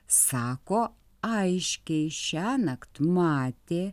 sako aiškiai šiąnakt matė